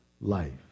life